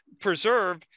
preserve